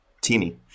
Teeny